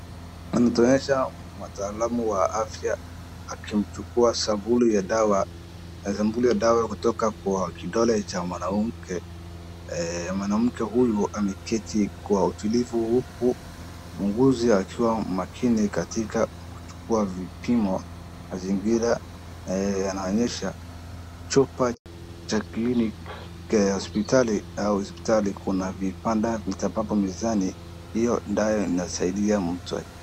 Inatuonyesha mtaalamu wa afya akichukua sampuli ya dawa kutoka kwa kidole cha mwanamke. Mwanamke huyu ameketi kwa utulivu huku muuguzi akiwa makini katika kuchukua vipimo. Mazingira yanaonyesha chupa cha kliniki au hospitali kuna vipanda vitakapo mezani. Hiyo dawa inasaidia mtu.